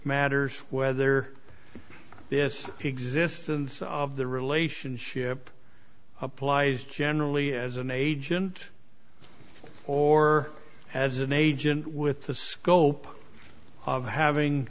matters whether this existence of the relationship applies generally as an agent or as an agent with the scope of having